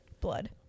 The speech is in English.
blood